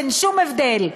אין שום הבדל.